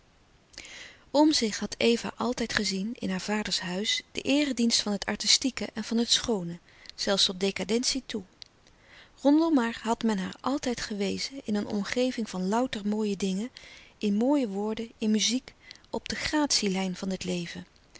om zich had eva altijd gezien in haar vaders huis de eeredienst van het artistieke en van het schoone zelfs tot decadentie toe rondom haar had men haar altijd gewezen in een omgeving van louter mooie dingen in mooie woorden in muziek op de gratie lijn van het leven